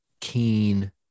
keen